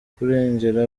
kurengera